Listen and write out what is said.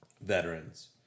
veterans